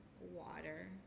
water